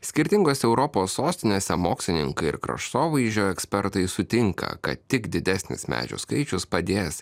skirtingose europos sostinėse mokslininkai ir kraštovaizdžio ekspertai sutinka kad tik didesnis medžių skaičius padės